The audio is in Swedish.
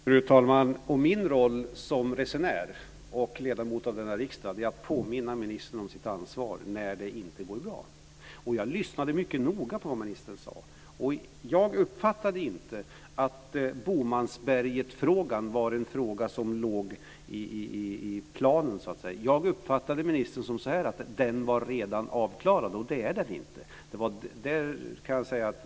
Fru talman! Och min roll som resenär och ledamot av denna riksdag är att påminna ministern om hans ansvar när det inte går bra. Jag lyssnade mycket noga på vad ministern sade, och jag uppfattade inte att frågan om Bomansberget var en fråga som låg i planen. Jag uppfattade ministern så att den frågan redan var avklarad, och det är den inte.